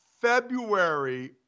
February